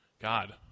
God